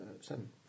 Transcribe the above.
seven